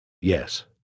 Yes